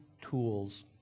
tools